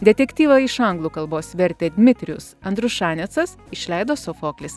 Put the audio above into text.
detektyvą iš anglų kalbos vertė dmitrijus andriušanecas išleido sofoklis